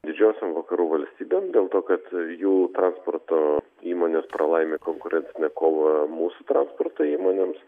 didžiosiom vakarų valstybėm dėl to kad jų transporto įmonės pralaimi konkurencinę kovą mūsų transporto įmonėms